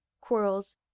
quarrels